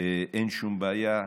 אין שום בעיה.